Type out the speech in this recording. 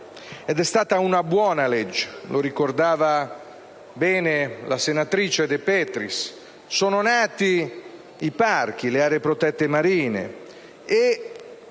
ed è stata un buon provvedimento, come ricordava bene la senatrice De Petris. Sono nati i parchi, le aree protette marine